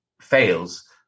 fails